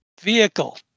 vehicle